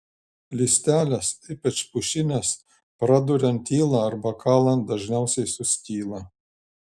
lystelės ypač pušinės praduriant yla arba kalant dažniausiai suskyla